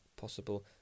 possible